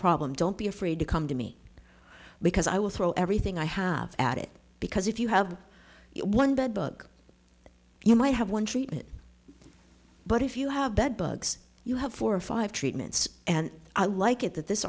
problem don't be afraid to come to me because i will throw everything i have at it because if you have one bed bug you might have one treatment but if you have bed bugs you have four or five treatments and i like it that this